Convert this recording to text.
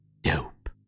dope